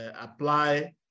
apply